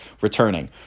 returning